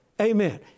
Amen